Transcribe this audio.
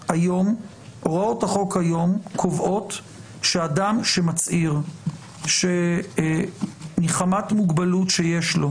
הוראות החוק היום קובעות שאדם שמצהיר שמחמת מוגבלות שיש לו,